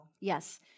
Yes